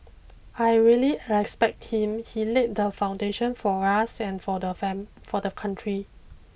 I really respect him he laid the foundation for us and for the for the country